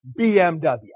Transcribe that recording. BMW